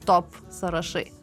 top sąrašai